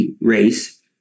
race